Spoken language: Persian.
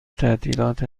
تعطیلات